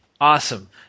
awesome